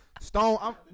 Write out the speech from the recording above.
Stone